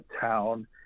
town